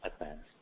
advanced